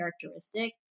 characteristic